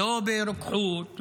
לא ברוקחות,